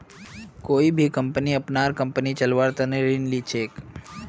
कोई भी कम्पनी अपनार कम्पनी चलव्वार तने ऋण ली छेक